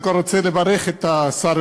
עוד שנייה מסיים.